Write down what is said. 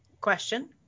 Question